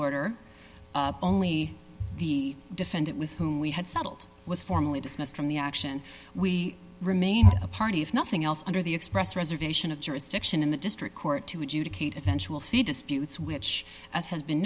order only the defendant with whom we had settled was formally dismissed from the action we remain a party if nothing else under the express reservation of jurisdiction in the district court to adjudicate eventual fee disputes which as has been